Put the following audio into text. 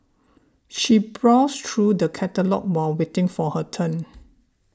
she browsed through the catalogues while waiting for her turn